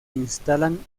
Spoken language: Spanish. instalan